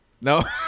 No